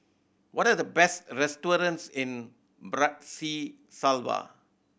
what are the best restaurants in Bratislava